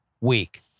week